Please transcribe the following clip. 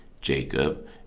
Jacob